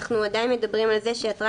רק אנחנו מדברים על זה שאטרקציות,